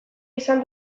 izan